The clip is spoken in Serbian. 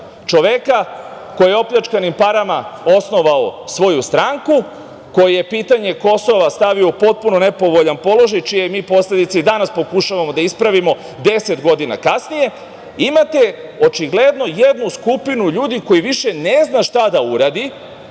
čoveka koji je opljačkanim parama osnovao svoju stranku, koji je pitanje Kosova stavio u potpuno nepovoljan položaj, čije mi posledice i danas pokušavamo da ispravimo, 10 godina kasnije. Imate, očigledno, jednu skupinu ljudi koja više ne zna šta da uradi,